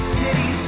city